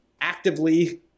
actively